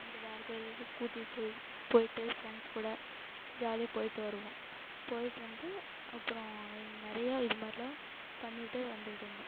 அந்த வேற கோவிலுக்கு கூட்டிகிட்டு போயி போயிட்டு ஃப்ரெண்ட்ஸ் கூட ஜாலியாக போயிட்டு வருவோம் போயிட்டு வந்து அப்றம் நிறைய இது மாதிரிலாம் பண்ணிகிட்டு வந்துட்டுருந்தோம்